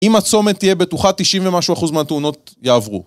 אם הצומת תהיה בטוחה 90 ומשהו אחוז מהתאונות יעברו